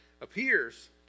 appears